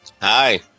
Hi